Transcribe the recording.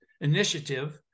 initiative